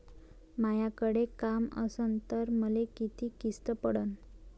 मायाकडे काम असन तर मले किती किस्त पडन?